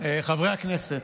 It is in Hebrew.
חברי הכנסת,